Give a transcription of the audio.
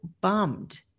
bummed